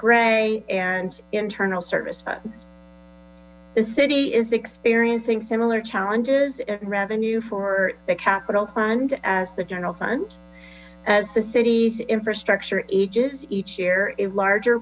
gray and internal service funds the city is experiencing similar challenges in revenue for the capital fund as the general fund as the city's infrastructure ages each year a larger